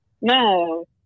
No